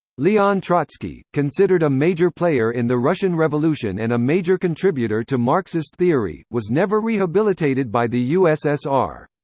leon trotsky, considered a major player in the russian revolution and a major contributor to marxist theory, was never rehabilitated by the ussr.